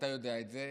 אתה יודע את זה,